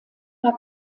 war